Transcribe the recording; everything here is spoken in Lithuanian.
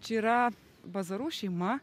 čia yra bazarų šeima